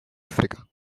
africa